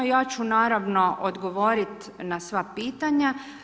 Ja ću naravno odgovoriti na sva pitanja.